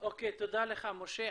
תודה לך, משה.